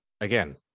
again